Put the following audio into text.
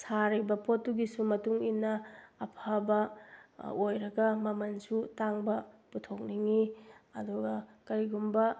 ꯁꯥꯔꯤꯕ ꯄꯣꯠꯇꯨꯒꯤꯁꯨ ꯃꯇꯨꯡ ꯏꯟꯅ ꯑꯐꯕ ꯑꯣꯏꯔꯒ ꯃꯃꯟꯁꯨ ꯇꯥꯡꯕ ꯄꯨꯊꯣꯛꯅꯤꯡꯏ ꯑꯗꯨꯒ ꯀꯔꯤꯒꯨꯝꯕ